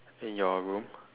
in your room